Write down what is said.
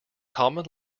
common